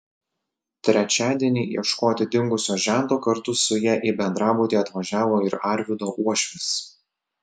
trečiadienį ieškoti dingusio žento kartu su ja į bendrabutį atvažiavo ir arvydo uošvis